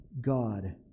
God